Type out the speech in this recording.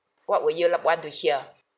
what would you l~ want to hear